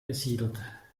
besiedelt